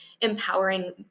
empowering